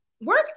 Work